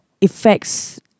effects